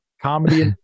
comedy